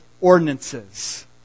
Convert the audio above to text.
ordinances